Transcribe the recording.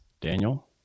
Daniel